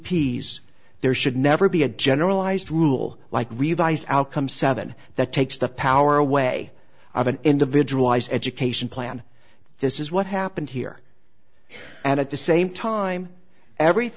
peas there should never be a generalized rule like revised outcome seven that takes the power away of an individual education plan this is what happened here and at the same time every